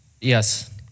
Yes